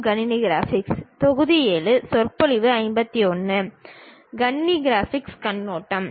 கணினி கிராபிக்ஸ் கண்ணோட்டம் I